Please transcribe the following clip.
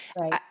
Right